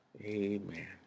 Amen